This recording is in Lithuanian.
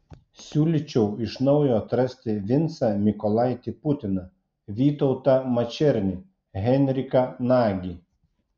siūlyčiau iš naujo atrasti vincą mykolaitį putiną vytautą mačernį henriką nagį